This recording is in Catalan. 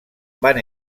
van